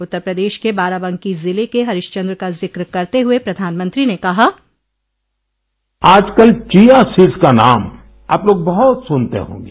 उत्तर प्रदेश के बाराबंकी जिले के हरिश्चन्द्र का जिक्र करते हुए प्रधानमंत्री ने कहा आजकल चिया सीड्स का नाम आप लोग बहुत सुनते होंगे